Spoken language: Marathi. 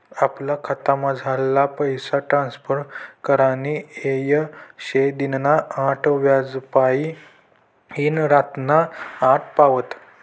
आपला खातामझारला पैसा ट्रांसफर करानी येय शे दिनना आठ वाज्यापायीन रातना आठ पावत